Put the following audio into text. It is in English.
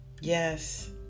yes